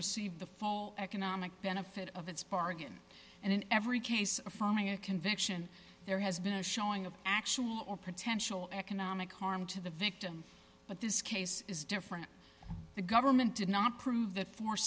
received the full economic benefit of its bargain and in every case affirming a conviction there has been a showing of actual or potential economic harm to the victim but this case is different the government did not prove that fo